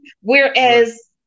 Whereas